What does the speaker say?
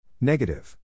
Negative